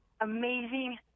amazing